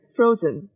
Frozen